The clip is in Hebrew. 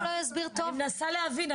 אני מנסה להבין.